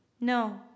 No